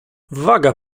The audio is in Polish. waga